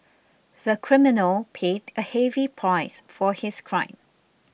the criminal paid a heavy price for his crime